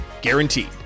guaranteed